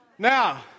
Now